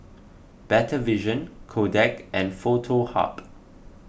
Better Vision Kodak and Foto Hub